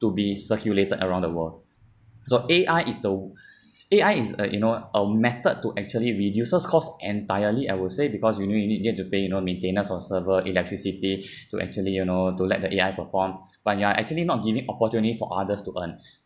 to be circulated around the world so A_I is the o~ A_I is a you know a method to actually reduces costs entirely I will say because ne~ ne~ you need to pay you know maintenance on server electricity to actually you know to let the A_I perform but you are actually not giving opportunities for others to earn